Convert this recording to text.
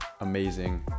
amazing